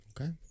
Okay